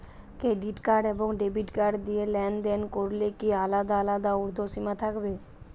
Credit card এবং debit card দিয়ে লেনদেন করলে কি আলাদা আলাদা ঊর্ধ্বসীমা থাকবে?